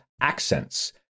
accents